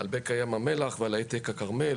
על בקע ים המלח ועל העתק הכרמל.